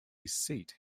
seat